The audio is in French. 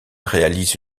réalise